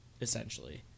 essentially